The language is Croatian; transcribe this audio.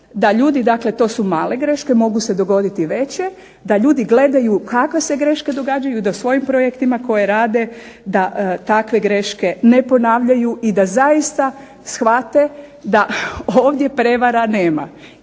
da ljudi, dakle to su male greške, mogu se dogoditi veće, da ljudi gledaju kakve se greške događaju i da u svojim projektima koje rade da takve greške ne ponavljaju i da zaista shvate da ovdje prevara nema